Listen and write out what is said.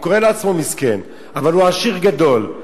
הוא קורא לעצמו מסכן, אבל הוא עשיר גדול.